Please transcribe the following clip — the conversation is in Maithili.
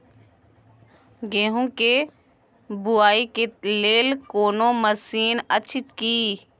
गेहूँ के बुआई के लेल कोनो मसीन अछि की?